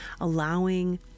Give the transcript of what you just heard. allowing